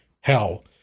hell